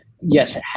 yes